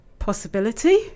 possibility